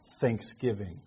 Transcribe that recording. thanksgiving